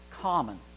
common